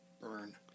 Burn